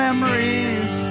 Memories